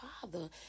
father